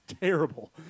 terrible